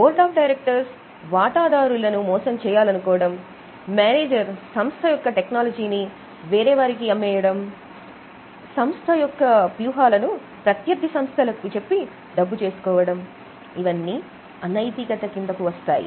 board of directors వాటాదారులను మోసం చేయాలనుకోవడం ఒక మేనేజర్ సంస్థ యొక్క టెక్నాలజీని వేరే సంస్థకు అమ్మేయడం సంస్థ యొక్క వ్యూహాలను ప్రత్యర్థి సంస్థలకు చెప్పి డబ్బు చేసుకోవడం ఇవన్నీ అనైతికత కిందకు వస్తాయి